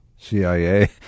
CIA